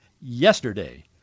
yesterday